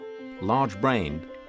large-brained